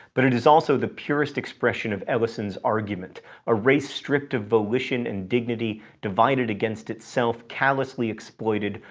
but it is also the purest expression of ellison's argument a race stripped of volition and dignity, divided against itself, callously exploited,